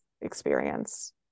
experience